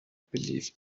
believe